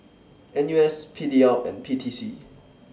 N U S P D L and P T C